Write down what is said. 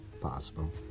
Possible